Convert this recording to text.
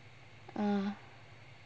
uh